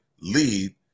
lead